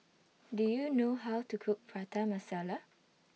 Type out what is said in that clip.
Do YOU know How to Cook Prata Masala